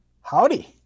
Howdy